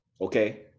Okay